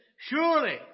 Surely